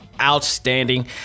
outstanding